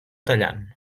tallant